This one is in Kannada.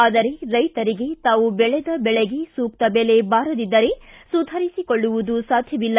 ಆದರೆ ರೈತರಿಗೆ ತಾವು ಬೆಳೆದ ಬೆಳೆಗೆ ಸೂಕ್ತ ಬೆಲೆ ಬಾರದಿದ್ದರೆ ಸುಧಾರಿಸಿಕೊಳ್ಳುವುದು ಸಾಧ್ಯವಿಲ್ಲ